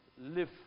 live